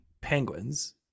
Penguins